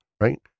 right